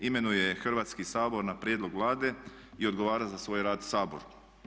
Imenuje je Hrvatski sabor na prijedlog Vlade i odgovara za svoj rad Saboru.